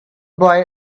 boy